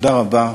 תודה רבה.